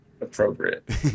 Appropriate